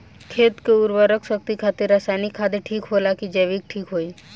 खेत के उरवरा शक्ति खातिर रसायानिक खाद ठीक होला कि जैविक़ ठीक होई?